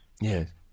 Yes